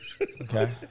Okay